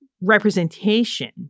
representation